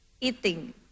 eating